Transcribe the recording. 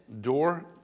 door